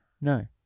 No